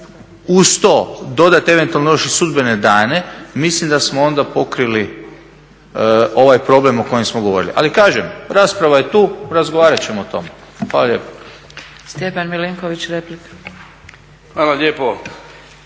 uz to dodati eventualno i sudbene dane mislim da smo onda pokrili ovaj problem o kojem smo govorili. Ali kažem rasprava je tu razgovarat ćemo o tome. Hvala lijepo.